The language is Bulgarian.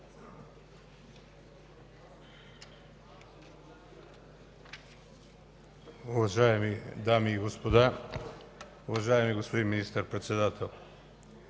Уважаеми дами и господа, уважаеми господин Министър-председател!